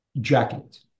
jacket